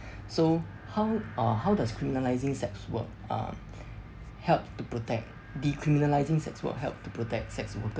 so how uh how does criminalizing sex work um help to protect decriminalizing sex work help to protect sex workers